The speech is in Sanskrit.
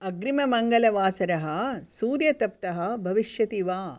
अग्रिममङ्गलवासरः सूर्य्यतप्तः भविष्यति वा